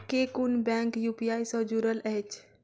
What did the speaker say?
केँ कुन bank UPI सँ जुड़ल अछि?